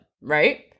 right